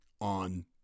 on